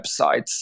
websites